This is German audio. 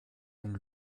einen